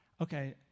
Okay